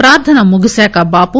ప్రార్థన ముగిసాక బాపూ